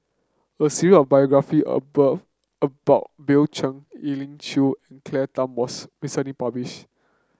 a of biography above about Bill Chen Elim Chew and Claire Tham was recently published